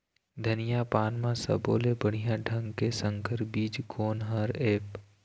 धनिया पान म सब्बो ले बढ़िया ढंग के संकर बीज कोन हर ऐप?